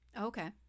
Okay